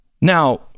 Now